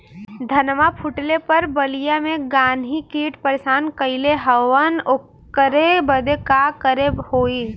धनवा फूटले पर बलिया में गान्ही कीट परेशान कइले हवन ओकरे बदे का करे होई?